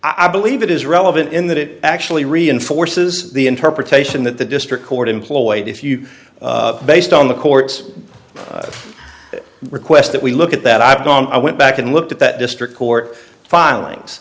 i believe it is relevant in that it actually reinforces the interpretation that the district court employed if you based on the court's request that we look at that i've gone i went back and looked at that district court filings